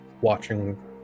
watching